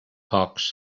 hawks